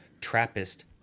Trappist